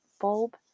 bulb